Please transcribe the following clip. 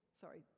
Sorry